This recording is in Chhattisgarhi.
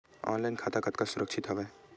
ऑनलाइन खाता कतका सुरक्षित हवय?